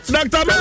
Doctor